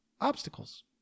obstacles